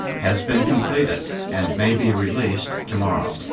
has been completed and may be released tomorrow.